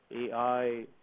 AI